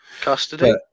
Custody